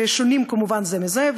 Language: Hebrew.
ששונים כמובן זה מזה?